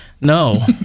No